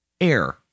air